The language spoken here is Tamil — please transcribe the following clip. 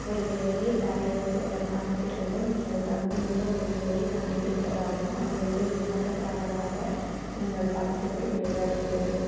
ஒரு வேலையைத் தரையிறக்குவதற்கான திறவுகோல் நீங்கள் தகுதியுள்ள ஒரு நிலையைக் கண்டுபிடிப்பதாகும் அது ஒரு விண்ணப்பதாரராக உங்கள் பள்ளத்திற்கு விளையாடுகிறது